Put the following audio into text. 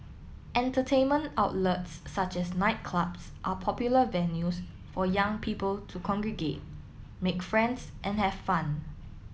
entertainment outlets such as nightclubs are popular venues for young people to congregate make friends and have fun